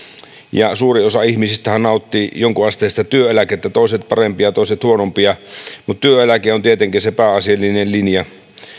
suuri osa ihmisistähän nauttii jonkinasteista työeläkettä toiset parempaa toiset huonompaa mutta työeläke on tietenkin se pääasiallinen linja